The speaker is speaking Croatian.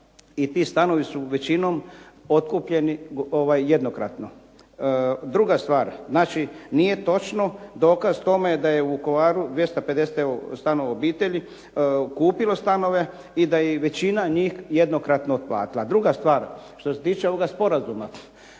i ti stanovi su većinom otkupljeni jednokratno. Druga stvar, znači nije točno dokaz tome je da je u Vukovaru 250 stanova obitelji kupilo stanove i da je većina njih jednokratno otplatila. Druga stvar, što se tiče ovoga sporazuma